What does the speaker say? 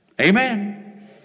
Amen